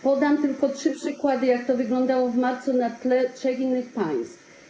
Podam tylko trzy przykłady, jak to wyglądało w marcu na tle trzech innych państw.